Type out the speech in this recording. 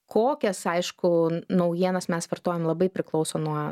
kokias aišku naujienas mes vartojam labai priklauso nuo